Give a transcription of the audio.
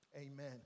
Amen